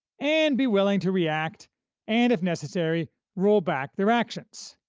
and be willing to react and, if necessary, roll back their actions.